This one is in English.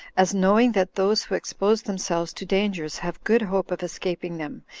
as knowing that those who expose themselves to dangers have good hope of escaping them,